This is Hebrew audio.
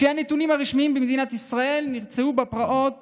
לפי הנתונים הרשמיים במדינת ישראל נרצחו בפרעות